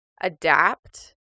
adapt